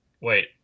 wait